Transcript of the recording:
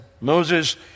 Moses